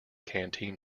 canteen